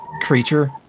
creature